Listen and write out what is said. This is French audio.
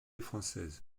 française